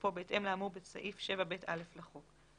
תוקפו בהתאם לאמור בסעיף 7ב(א) לחוק".